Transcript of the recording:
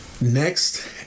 Next